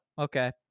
okay